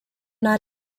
not